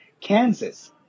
Kansas